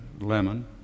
lemon